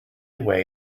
way